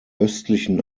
östlichen